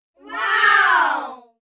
Wow